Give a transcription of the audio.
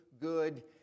good